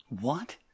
What